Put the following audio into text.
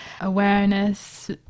awareness